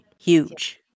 huge